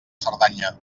cerdanya